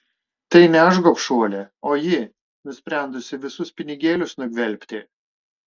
tai ne aš gobšuolė o ji nusprendusi visus pinigėlius nugvelbti